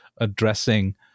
addressing